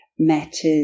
matters